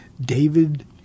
David